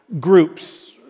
groups